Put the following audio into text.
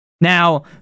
Now